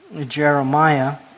Jeremiah